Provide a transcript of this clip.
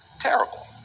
terrible